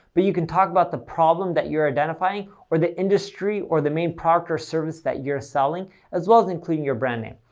but you can talk about the problem that you're identifying or the industry or the main product or service that you're selling as well as including your brand name.